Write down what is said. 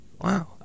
Wow